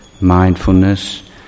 mindfulness